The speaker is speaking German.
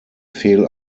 fehl